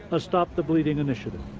a stop the bleeding initiative.